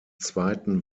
zweiten